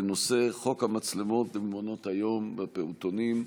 בנושא: חוק המצלמות במעונות היום בפעוטונים.